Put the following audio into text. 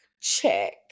Check